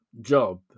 job